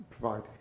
provide